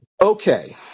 Okay